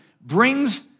brings